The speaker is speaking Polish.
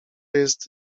jest